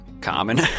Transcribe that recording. common